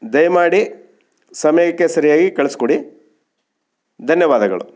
ದಯಮಾಡಿ ಸಮಯಕ್ಕೆ ಸರಿಯಾಗಿ ಕಳ್ಸಿ ಕೊಡಿ ಧನ್ಯವಾದಗಳು